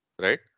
right